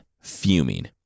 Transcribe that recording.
fuming